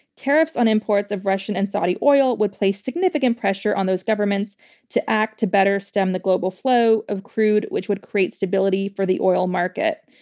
tariffs on imports of russian and saudi oil would place significant pressure on those governments to act to better stem the global flow of crude which would create stability for the oil market.